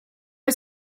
are